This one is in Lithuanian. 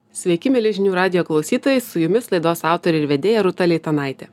sveiki mieli žinių radijo klausytojai su jumis laidos autorė ir vedėja rūta leitanaitė